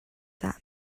that